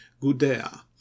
gudea